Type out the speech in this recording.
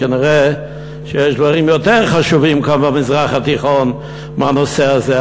כנראה יש דברים יותר חשובים במזרח התיכון מהנושא הזה.